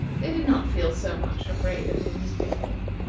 they did not feel so much afraid of him as before.